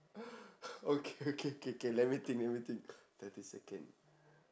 okay okay K K let me think let me think thirty second